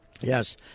Yes